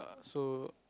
so